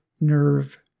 nerve